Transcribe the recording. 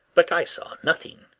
but i saw nothing.